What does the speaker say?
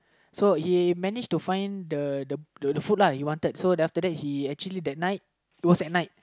so he managed to find the the the food lah he wanted so then after that he actually at night it was at night